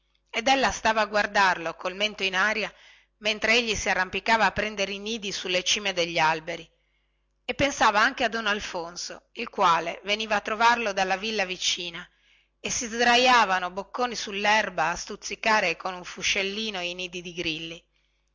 ed ella stava a guardarlo col mento in aria mentre egli si arrampicava a prendere i nidi sulle cime degli alberi e pensava anche a don alfonso il quale veniva a trovarlo dalla villa vicina e si sdraiavano bocconi sullerba a stuzzicare con un fuscellino i nidi di grilli